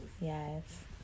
yes